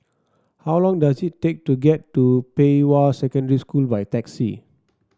how long does it take to get to Pei Hwa Secondary School by taxi